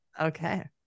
Okay